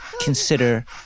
consider